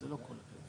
דירת התמורה